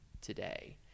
today